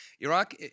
Iraq